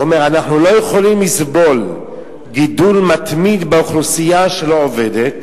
הוא אומר: אנחנו לא יכולים לסבול גידול מתמיד באוכלוסייה שלא עובדת.